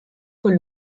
con